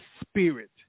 spirit